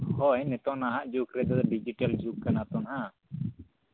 ᱦᱳᱭ ᱱᱤᱛᱳᱝ ᱱᱟᱦᱟᱜ ᱡᱩᱜᱽ ᱨᱮᱫᱚ ᱰᱤᱡᱤᱴᱮᱞ ᱡᱩᱜᱽ ᱠᱟᱱᱟ ᱛᱚ ᱱᱟᱜ